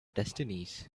destinies